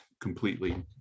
completely